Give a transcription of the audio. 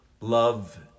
Love